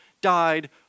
died